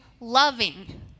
loving